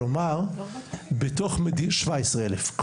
כלומר בתוך 17 אלף,